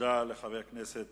תודה לחבר הכנסת